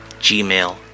gmail